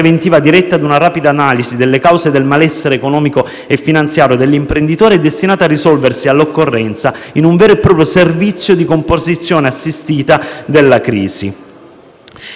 a una fase preventiva diretta a una rapida analisi delle cause del malessere economico e finanziario dell'imprenditore, destinata a risolversi, all'occorrenza, in un vero e proprio servizio di composizione assistita della crisi.